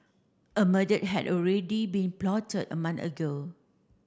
a murder had already been plotted a month ago